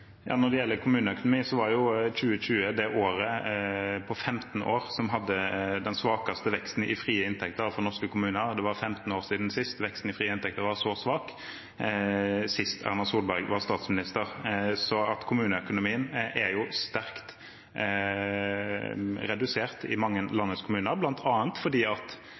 Når det gjelder kommuneøkonomi, var 2020 det året som hadde den svakeste veksten i frie inntekter for norske kommuner, på 15 år. Det var 15 år siden sist veksten i frie inntekter var så svak, sist Erna Solberg var statsråd. Kommuneøkonomien er sterkt redusert i mange av landets kommuner, bl.a. fordi